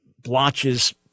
blotches